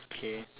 okay